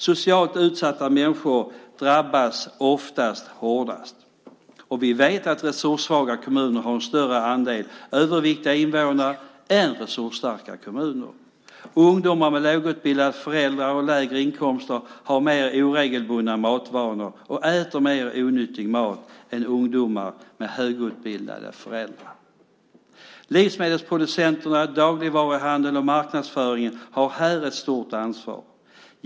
Socialt utsatta människor drabbas oftast hårdast. Vi vet att resurssvaga kommuner har större andel överviktiga invånare än resursstarka kommuner. Ungdomar med lågutbildade föräldrar och lägre inkomster har mer oregelbundna matvanor och äter mer onyttig mat än ungdomar med högutbildade föräldrar. Livsmedelsproducenter, dagligvaruhandel och marknadsföring har här ett stort ansvar.